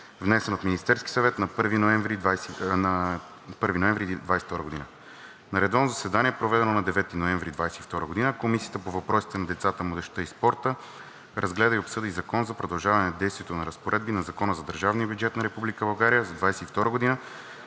внесен от Министерския съвет на 1 ноември 2022 г. На редовно заседание, проведено на 9 ноември 2022 г., Комисията по въпросите на децата, младежта и спорта разгледа и обсъди Закона за продължаване действието на разпоредби на Закона за държавния бюджет на Република